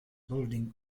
building